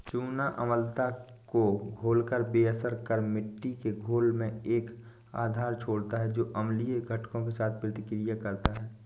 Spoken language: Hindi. चूना अम्लता को घोलकर बेअसर कर मिट्टी के घोल में एक आधार छोड़ता है जो अम्लीय घटकों के साथ प्रतिक्रिया करता है